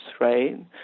right